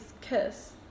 kiss